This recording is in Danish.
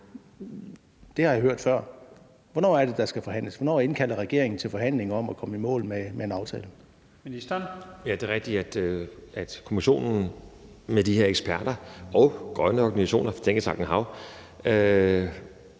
Det har jeg hørt før. Hvornår er det, der skal forhandles? Hvornår indkalder regeringen til forhandlinger om at komme i mål med en aftale?